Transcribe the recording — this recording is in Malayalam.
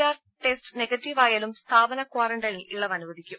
ആർ ടെസ്റ്റ് നെഗറ്റീവായാലും സ്ഥാപന ക്വാറന്റൈനിൽ ഇളവ് അനുവദിക്കും